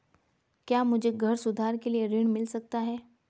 क्या मुझे घर सुधार के लिए ऋण मिल सकता है?